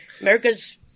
America's